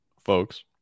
Folks